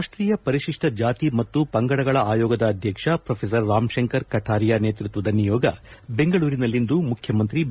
ರಾಷ್ಟೀಯ ಪರಿಶಿಷ್ಟ ಜಾತಿ ಮತ್ತು ಪಂಗಡಗಳ ಆಯೋಗದ ಅಧ್ಯಕ್ಷ ಪ್ರೋರಾಮ್ಶಂಕರ್ ಕಟಾರಿಯಾ ನೇತೃತ್ವದ ನಿಯೋಗ ಬೆಂಗಳೂರಿನಲ್ಲಿಂದು ಮುಖ್ಯಮಂತ್ರಿ ಬಿ